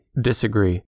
disagree